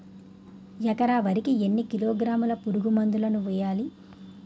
ఎకర వరి కి ఎన్ని కిలోగ్రాముల పురుగు మందులను వేయాలి?